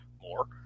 more